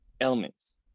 elements